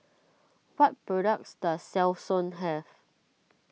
what products does Selsun have